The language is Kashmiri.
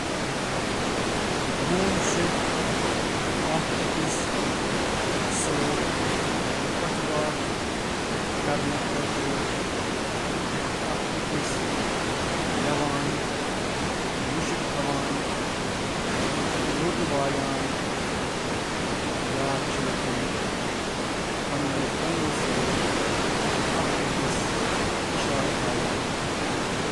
دنٛدن ہٕنٛز بیمٲرۍ، گردٕچ بٮ۪مٲرۍ تہٕ باقٕے بٮ۪مارۍ۔